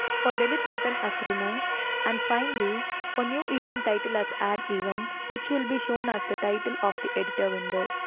for delete button as remove and finally for new event title as add event, which will be shown as the title of the editor window.